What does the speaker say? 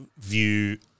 view